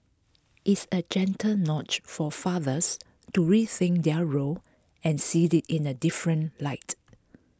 it's A gentle nudge for fathers to rethink their role and see they in A different light